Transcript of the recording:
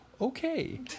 Okay